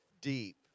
deep